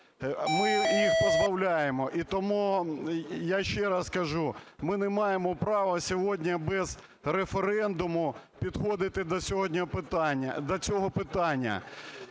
ми їх позбавляємо. І тому, я ще раз кажу, ми не маємо права сьогодні без референдуму підходити до цього питання.